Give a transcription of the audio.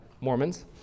mormons